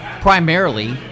primarily